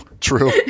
True